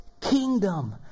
kingdom